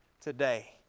today